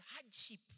hardship